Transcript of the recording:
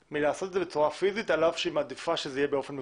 מלעשות את זה בצורה פיזית על אף שהיא מעדיפה שזה יהיה באופן מקוון.